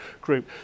group